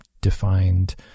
defined